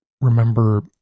remember